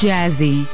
Jazzy